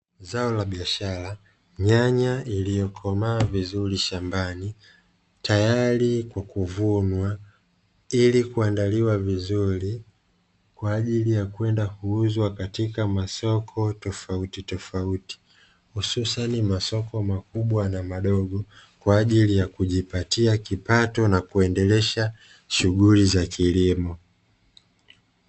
Zao la biashara, nyanya iliyokomaa vizuri shambani, tayari kwa kuvunwa ili kuandaliwa vizuri, kwa ajili ya kwenda kuuzwa kwenye masoko tofauti tofauti, hususani masoko makubwa na madogo, kwa ajili ya kujipatia kipato na kuendelesha kilimo.